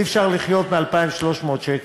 אי-אפשר לחיות מ-2,300 שקל,